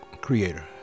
creator